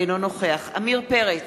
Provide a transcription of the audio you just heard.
אינו נוכח עמיר פרץ,